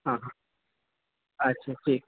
ہاں ہاں اچھا ٹھیک